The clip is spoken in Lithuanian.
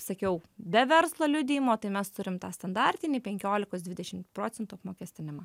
sakiau be verslo liudijimo tai mes turim tą standartinį penkiolikos dvidešim procentų apmokestinimą